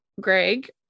Greg